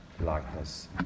likeness